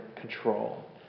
control